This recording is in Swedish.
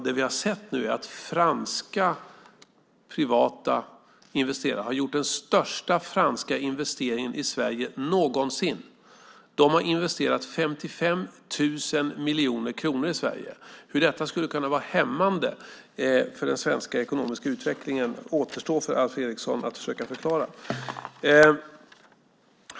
Det vi har sett nu är att franska privata investerare har gjort den största franska investeringen i Sverige någonsin. De har investerat 55 000 miljoner kronor i Sverige. Hur detta skulle kunna vara hämmande för den svenska ekonomiska utvecklingen återstår för Alf Eriksson att försöka förklara.